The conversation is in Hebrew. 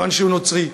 כיוון שהוא נוצרי,